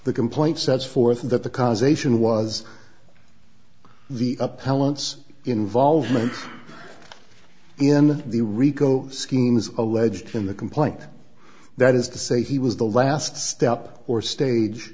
the complaint sets forth that the causation was the appellant's involvement in the rico scheme is alleged in the complaint that is to say he was the last step or stage